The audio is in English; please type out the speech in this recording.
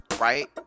right